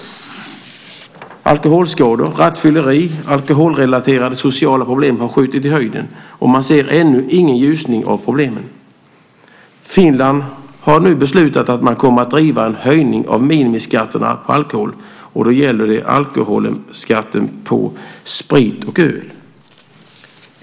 Antalet fall med alkoholskador, rattfylleri och alkoholrelaterade sociala problem har skjutit i höjden, och man ser ännu ingen ljusning vad gäller de här problemen. Finland har nu beslutat att driva frågan om en höjning av minimiskatterna på alkohol. Det gäller då alkoholskatten på sprit och öl.